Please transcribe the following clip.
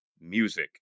music